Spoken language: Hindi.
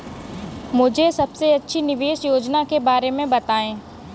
मुझे सबसे अच्छी निवेश योजना के बारे में बताएँ?